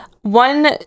One